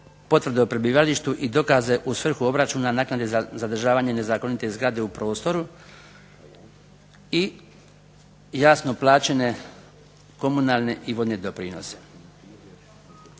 potvrde o prebivalištu i dokaze u svrhu obračuna naknade za zadržavanje nezakonite zgrade u prostoru. I jasno plaćene komunalne i vodne doprinose.